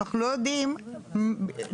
אנחנו לא יודעים עד עכשיו,